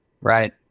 right